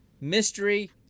Mystery